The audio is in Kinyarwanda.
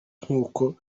nk’uko